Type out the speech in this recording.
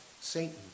Satan